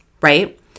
right